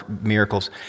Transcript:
miracles